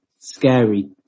scary